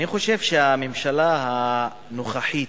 אני חושב שהממשלה הנוכחית,